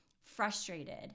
frustrated